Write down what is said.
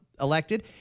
elected